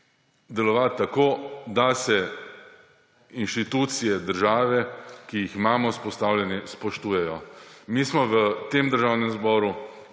delovati tako, da se inštitucije, države, ki jih imamo vzpostavljene, spoštujejo. Mi smo v tem državnem zboru